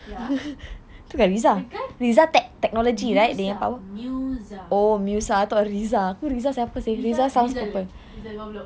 ya the guy musa musa rizal eh rizal bawah block